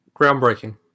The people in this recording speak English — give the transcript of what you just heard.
Groundbreaking